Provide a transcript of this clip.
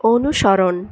অনুসরণ